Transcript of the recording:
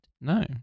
No